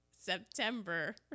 September